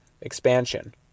expansion